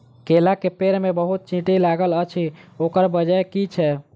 केला केँ पेड़ मे बहुत चींटी लागल अछि, ओकर बजय की छै?